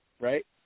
Right